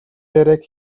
яриаг